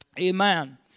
Amen